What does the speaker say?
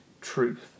truth